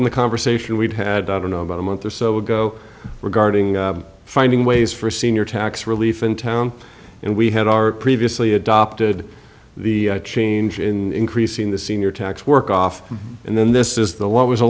on the conversation we've had i don't know about a month or so ago regarding finding ways for a senior tax relief in town and we had our previously adopted the change in creasing the senior tax work off and then this is the what was